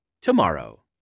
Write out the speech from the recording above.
tomorrow